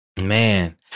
Man